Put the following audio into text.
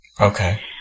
Okay